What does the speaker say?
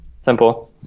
Simple